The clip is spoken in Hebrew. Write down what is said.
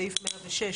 בסעיף 106,